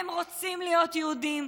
הם רוצים להיות יהודים,